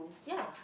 ya